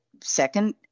second